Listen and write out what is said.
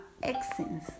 accents